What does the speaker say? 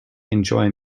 enjoy